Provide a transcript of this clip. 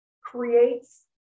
creates